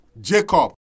Jacob